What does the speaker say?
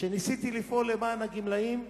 שניסיתי לפעול בהם למען הגמלאים,